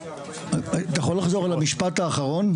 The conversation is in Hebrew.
אתה יכול לחזור על המשפט האחרון?